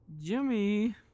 Jimmy